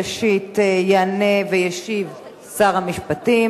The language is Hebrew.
ראשית יענה וישיב שר המשפטים,